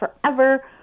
forever